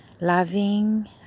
loving